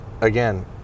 again